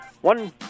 One